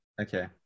okay